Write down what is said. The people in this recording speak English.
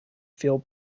feel